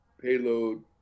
payload